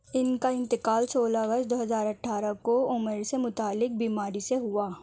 ان کا انتقال سولہ اگست دو ہزار اٹھارہ کو عمر سے متعلق بیماری سے ہوا